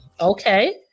okay